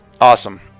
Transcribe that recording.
awesome